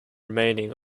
remaining